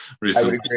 recently